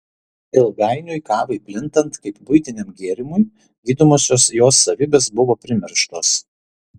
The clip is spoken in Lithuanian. ilgainiui kavai plintant kaip buitiniam gėrimui gydomosios jos savybės buvo primirštos